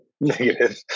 Negative